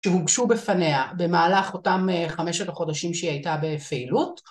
שהוגשו בפניה במהלך אותם חמשת החודשים שהיא הייתה בפעילות